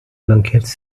lunkheads